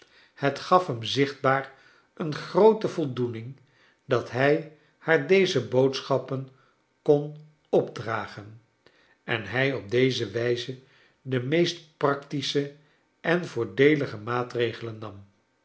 het gaf hem zichtbaar een groote voldoening dat hij haar deze boodschappen kon opdragen en hij op deze wijze de meest practise he en voordeelige maatregelen nam